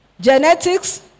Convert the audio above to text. genetics